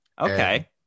Okay